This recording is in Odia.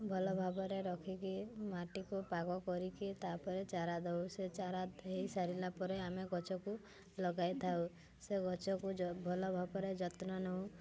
ଭଲଭାବରେ ରଖିକି ମାଟିକୁ ପାଗ କରିକି ତା'ପରେ ଚାରା ଦେଉ ସେ ଚାରା ଦେଇସାରିଲା ପରେ ଆମେ ଗଛକୁ ଲଗାଇଥାଉ ସେ ଗଛକୁ ଭଲଭାବରେ ଯତ୍ନ ନେଉ